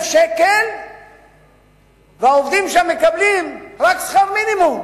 שקל והעובדים שם מקבלים רק שכר מינימום?"